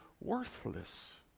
worthless